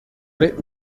baie